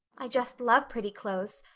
i just love pretty clothes.